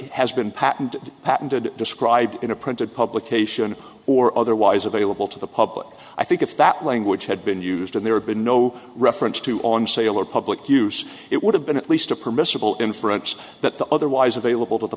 has been patent patented described in a printed publication or otherwise available to the public i think if that language had been used and there had been no reference to on sale or public use it would have been at least a permissible inference that the otherwise available to the